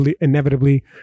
inevitably